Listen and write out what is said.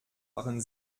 waren